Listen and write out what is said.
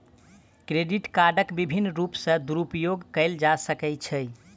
credit कार्डक विभिन्न रूप सॅ दुरूपयोग कयल जा सकै छै